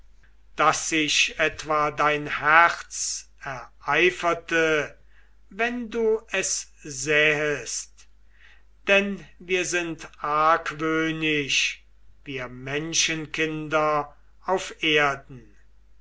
daß sich etwa dein herz ereiferte wenn du es sähest denn wir sind argwöhnisch wir menschenkinder auf erden